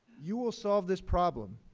you will solve this problem.